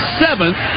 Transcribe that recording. seventh